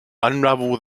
unravel